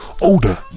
Older